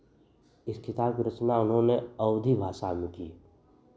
इस किताब की रचना उन्होंने अवधी भाषा में की